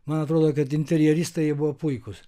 man atrodo kad interjeristai jie buvo puikūs